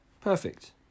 perfect